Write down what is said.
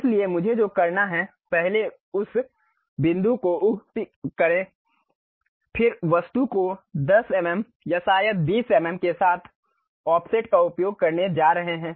इसलिए मुझे जो करना है पहले उस बिंदु को उह पिक करें फिर वस्तु को 10 एमएम या शायद 20 एमएम के साथ ऑफसेट का उपयोग करने जा रहे हैं